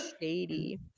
shady